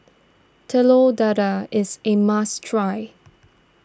Telur Dadah is a must try